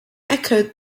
echoed